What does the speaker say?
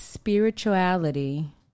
spirituality